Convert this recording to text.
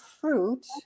fruit